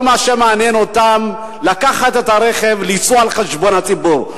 כל מה שמעניין אותם זה לקחת את הרכב ולנסוע על חשבון הציבור.